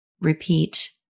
repeat